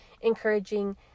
encouraging